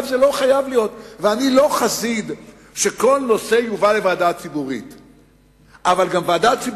ואני לא חסיד של הגישה שכל נושא יובא לוועדה ציבורית,